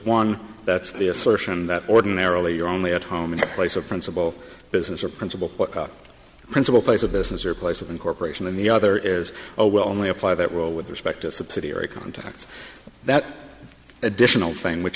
one that's the assertion that ordinarily you're only at home in a place of principle business or principle principal place of business or place of incorporation of the other is a will only apply that well with respect to subsidiary contacts that additional thing which